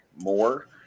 more